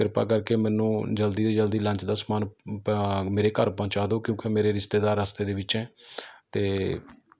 ਕਿਰਪਾ ਕਰਕੇ ਮੈਨੂੰ ਜਲਦੀ ਤੋਂ ਜਲਦੀ ਲੰਚ ਦਾ ਸਮਾਨ ਮੇਰੇ ਘਰ ਪਹੁੰਚਾ ਦਿਉ ਕਿਉਂਕਿ ਮੇਰੇ ਰਿਸ਼ਤੇਦਾਰ ਰਸਤੇ ਦੇ ਵਿੱਚ ਹੈ ਅਤੇ